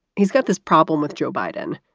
he's got this problem with joe biden.